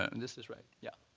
ah this is right. yeah